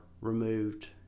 removed